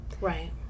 Right